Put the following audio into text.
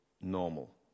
normal